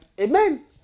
Amen